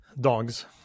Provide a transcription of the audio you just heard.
Dogs